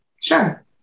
Sure